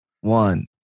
One